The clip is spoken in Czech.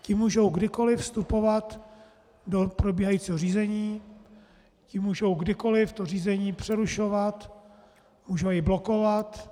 Ti mohou kdykoliv vstupovat do probíhajícího řízení, ti mohou kdykoliv to řízení přerušovat, mohou i blokovat.